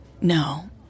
No